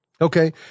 Okay